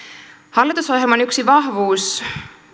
hallitusohjelman yksi vahvuus